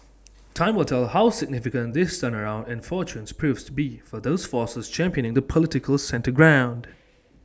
time will tell how significant this turnaround in fortunes proves to be for those forces championing the political centre ground